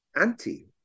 anti